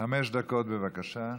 חמש דקות, בבקשה.